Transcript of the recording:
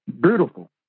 beautiful